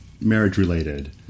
marriage-related